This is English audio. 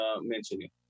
mentioning